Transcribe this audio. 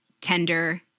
tender